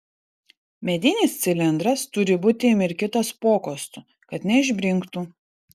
medinis cilindras turi būti įmirkytas pokostu kad neišbrinktų